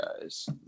guys